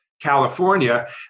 California